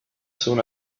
soon